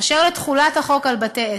אשר לתחולת החוק על בתי-עסק,